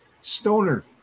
Stoner